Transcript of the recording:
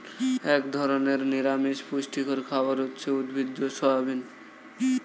এক ধরনের নিরামিষ পুষ্টিকর খাবার হচ্ছে উদ্ভিজ্জ সয়াবিন